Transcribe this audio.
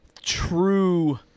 true